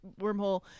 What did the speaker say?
wormhole